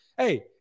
Hey